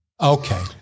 Okay